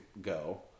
go